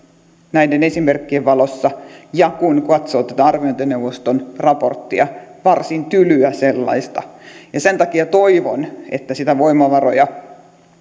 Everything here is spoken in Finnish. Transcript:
näiden esimerkkien valossa ja kun kun katsoo tätä arviointineuvoston raporttia varsin tylyä sellaista sen takia toivon että niitä voimavaroja